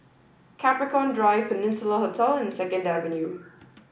Capricorn Drive Peninsula Hotel and Second Avenue